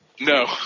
No